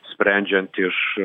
sprendžiant iš